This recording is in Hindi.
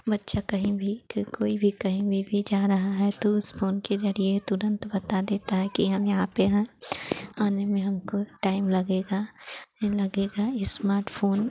बच्चा कहीं भी कि कोई भी कहीं पर भी जा रहा है तो उस फ़ोन के ज़रिए तुरंत बता देता है कि हम यहाँ पर हैं आने में हमको टाइम लगेगा ये लगेगा इस्माटफ़ोन